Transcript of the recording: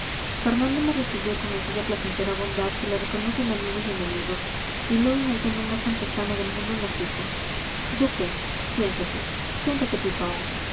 fernando me recibió con aquella placentera bondad que le reconocen amigos y enemigos y luego en el tono más campechano del mundo nos dijo duque siéntate siéntate pipaón